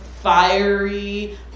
fiery